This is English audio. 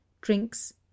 drinks